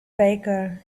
baker